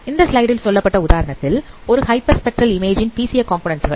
இந்தத் ஸ்லைடில் சொல்லப்பட்ட உதாரணத்தில் ஒரு ஹைப்பர் ஸ்பெக்றல் இமேஜின் பிசிஏ காம்போநன்ண்ட் கள்